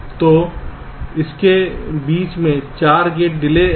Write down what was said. तो इनके बीच में 4 गेट डिले हैं